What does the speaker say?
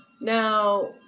now